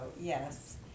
yes